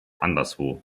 anderswo